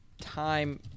Time